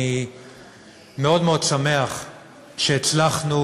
אני מאוד מאוד שמח שהצלחנו,